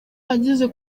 ageze